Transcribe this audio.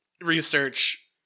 research